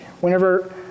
Whenever